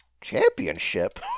Championship